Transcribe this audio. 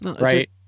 right